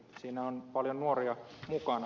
siinä on paljon nuoria mukana